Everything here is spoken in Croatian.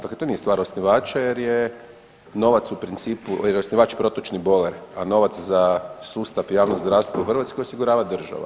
Dakle, to nije stvar osnivača jer je novac u principu, jer je osnivač protočni bojler, a nova za sustav javnog zdravstva u Hrvatskoj osigurava država.